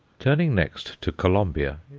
turning next to colombia,